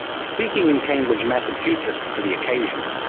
speaking in cambridge, massachusetts, for the occasion,